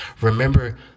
remember